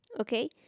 Okay